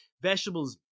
vegetables